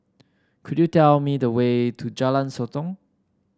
could you tell me the way to Jalan Sotong